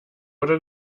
oder